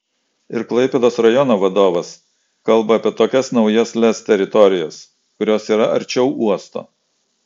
ir klaipėdos rajono vadovas kalba apie tokias naujas lez teritorijas kurios yra arčiau uosto